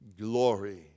glory